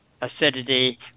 acidity